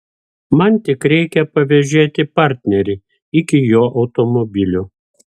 man tik reikia pavėžėti partnerį iki jo automobilio